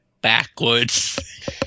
backwards